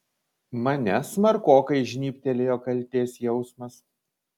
mane smarkokai žnybtelėjo kaltės jausmas